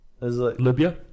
Libya